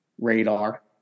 radar